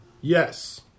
Yes